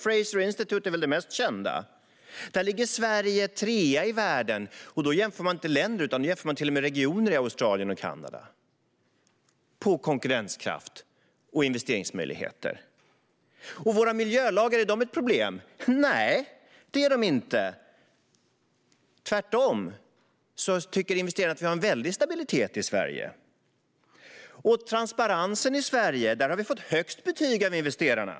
Fraser Institute är väl det mest kända. Där ligger Sverige trea i världen. Då jämför man inte länder utan till och med regioner i Australien och Kanada på konkurrenskraft och investeringsmöjligheter. Är våra miljölagar ett problem? Nej, det är de inte. Tvärtom tycker investerarna att vi har en väldig stabilitet i Sverige. När det gäller transparensen i Sverige har vi fått högst betyg av investerarna.